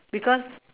because